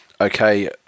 Okay